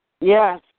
Yes